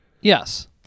Yes